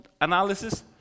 analysis